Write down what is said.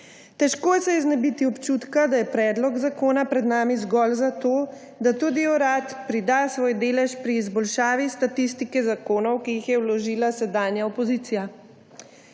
Težko se je znebiti občutka, da je predlog zakona pred nami zgolj zato, da tudi urad prida svoj delež pri izboljšavi statistike zakonov, ki jih je vložila sedanja opozicija.